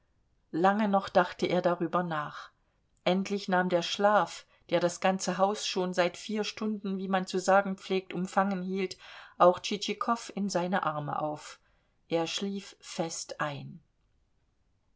lange noch dachte er darüber nach endlich nahm der schlaf der das ganze haus schon seit vier stunden wie man zu sagen pflegt umfangen hielt auch tschitschikow in seine arme auf er schlief fest ein